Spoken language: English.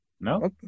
no